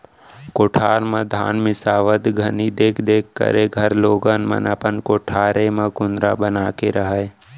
कोठार म धान मिंसावत घनी देख देख करे घर लोगन मन अपन कोठारे म कुंदरा बना के रहयँ